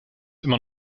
immer